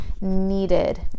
needed